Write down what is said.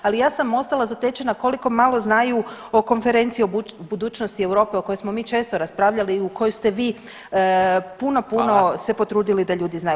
Ali ja sam ostala zatečena koliko malo znaju o Konferenciji o budućnosti Europske o kojoj smo mi često raspravljali i u koju ste vi puno, puno se potrudili da ljudi znaju.